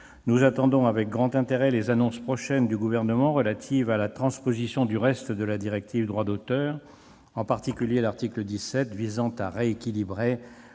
Nous attendons avec grand intérêt les annonces prochaines du Gouvernement relatives à la transposition du reste de la directive sur le droit d'auteur, en particulier l'article 17 visant à rééquilibrer